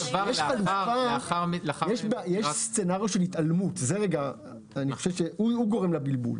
יש סצנריו של התעלמות שגורם לבלבול.